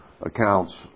accounts